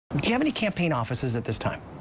you have any campaign offices at this time?